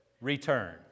Return